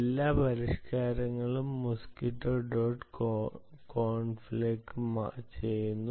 എല്ലാ പരിഷ്കാരങ്ങളും mosquitto dot conf ലേക്ക് ചെയ്യുന്നു